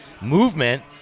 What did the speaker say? movement